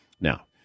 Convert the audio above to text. Now